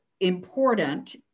important